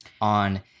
on